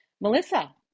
melissa